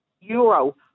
euro